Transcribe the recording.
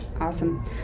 awesome